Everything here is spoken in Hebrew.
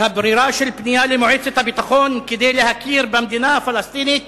והברירה של פנייה למועצת הביטחון כדי להכיר במדינה הפלסטינית